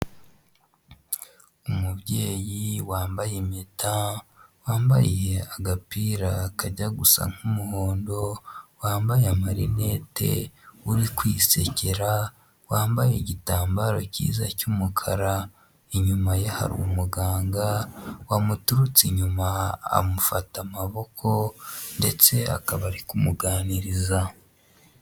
Umubyeyi wambaye impeta wambaye agapira kajya gusa nk'umuhondo, wambaye amarinete, uri kwisekera, wambaye igitambaro cyiza cy'umukara. Inyuma ye hari umuganga wamuturutse inyuma amufata amaboko ndetse akaba ari kumuganiriza.